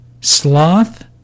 sloth